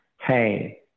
hey